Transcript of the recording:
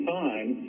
time